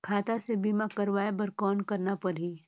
खाता से बीमा करवाय बर कौन करना परही?